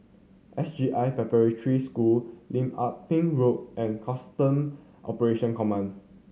S J I Preparatory School Lim Ah Pin Road and Custom Operation Command